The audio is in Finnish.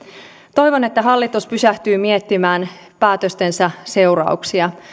toivon että hallitus pysähtyy miettimään päätöstensä seurauksia